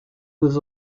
was